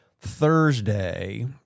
Thursday